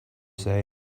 say